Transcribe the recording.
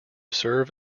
serve